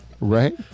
Right